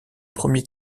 premier